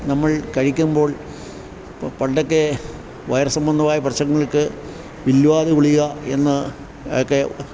നമ്മൾ കഴിക്കുമ്പോൾ ഇപ്പം പണ്ടക്കെ വയറ് സംബന്ധമായ പ്രശ്നങ്ങൾക്ക് വില്വാദി ഗുളിക എന്ന് ഒക്കെ